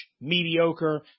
mediocre